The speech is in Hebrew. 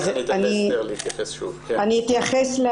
אני אתייחס.